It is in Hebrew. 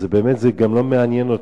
וזה גם לא מעניין אותו,